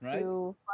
right